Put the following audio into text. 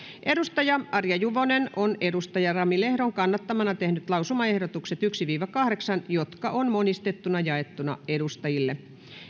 arja juvonen on rami lehdon kannattamana tehnyt lausumaehdotukset yksi viiva kahdeksan jotka on monistettuna jaettu edustajille